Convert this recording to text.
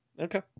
Okay